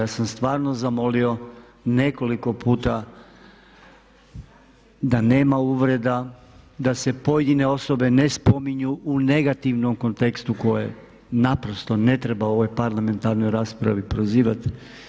Ja sam stvarno zamolio nekoliko puta da nema uvreda, da se pojedine osobe ne spominju u negativnom kontekstu koji naprosto ne treba u ovoj parlamentarnoj raspravi prozivati.